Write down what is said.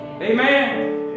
Amen